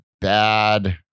bad